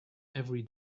every